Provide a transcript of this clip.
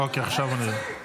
אוקיי, עכשיו אני רואה.